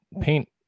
paint